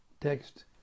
text